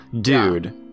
dude